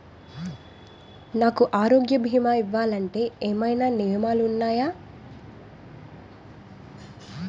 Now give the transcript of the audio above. నాకు ఆరోగ్య భీమా ఇవ్వాలంటే ఏమైనా నియమాలు వున్నాయా?